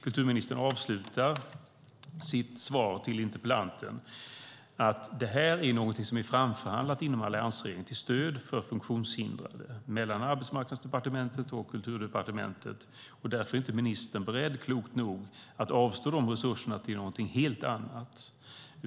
Kulturministern avslutade sitt svar till interpellanten att Kulturarvslyftet är framförhandlat inom alliansregeringen till stöd för funktionshindrade mellan Arbetsmarknadsdepartementet och Kulturdepartementet. Därför är inte ministern beredd - klokt nog - att avstå de resurserna till något helt annat.